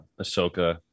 Ahsoka